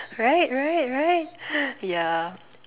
right right right ya